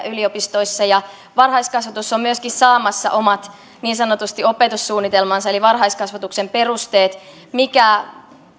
yliopistoissa varhaiskasvatus on myöskin saamassa omat niin sanotut opetussuunnitelmansa eli varhaiskasvatuksen perusteet mikä